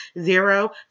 Zero